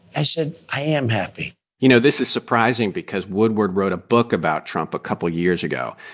i said, i am happy you know, this is surprising because woodward wrote a book about trump a couple years ago,